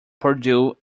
purdue